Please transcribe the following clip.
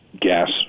gas